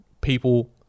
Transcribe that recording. people